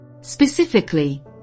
Specifically